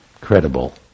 credible